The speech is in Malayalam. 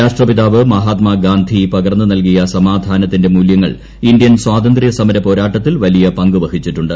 രാഷ്ട്രപിതാവ് മഹാത്മാഗാന്ധി പകർന്നു നൽകിയ സമാധാനത്തിന്റെ മൂല്യങ്ങൾ ഇന്ത്യൻ സ്വാതന്ത്ര്യ സമര പോരാട്ടത്തിൽ വലിയ പങ്ക് വഹിച്ചിട്ടുണ്ട്